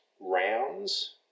rounds